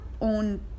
own